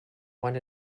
want